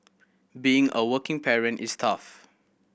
being a working parent is tough